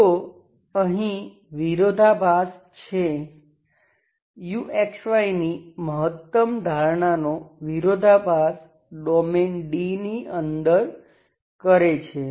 તો અહીં વિરોધાભાસ છે u ની મહત્તમ ધારણા નો વિરોધાભાસ ડોમેઈન D ની અંદર કરે છે